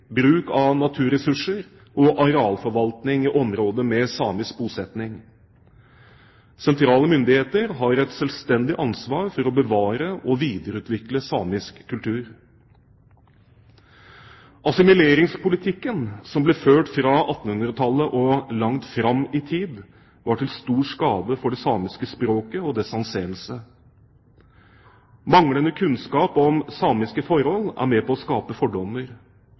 bruk av naturressurser og arealforvaltning i områder med samisk bosetting. Sentrale myndigheter har et selvstendig ansvar for å bevare og videreutvikle samisk kultur. Assimileringspolitikken som ble ført fra 1800-tallet og langt fram i tid, var til stor skade for det samiske språket og dets anseelse. Manglende kunnskap om samiske forhold er med på å skape fordommer.